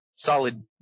Solid